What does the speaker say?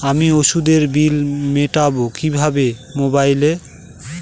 আমি ওষুধের বিল মেটাব কিভাবে মোবাইলে?